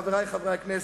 חברי חברי הכנסת,